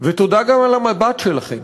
ותודה גם על המבט שלכם,